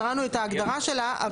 קראנו את ההגדרה שלה.